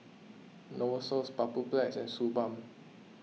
Novosource Papulex and Suu Balm